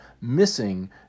missing